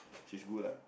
she's good lah